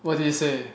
what did he say